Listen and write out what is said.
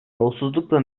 yolsuzlukla